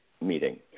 meeting